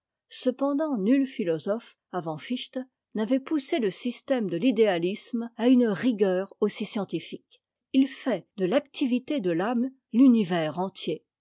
cependant nul philosophe avant fichte n'avait poussé le système de t'idéatisme à une rigueur aussi scientifique il fait de l'activité de l'âme l'univers entier